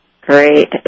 Great